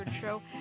show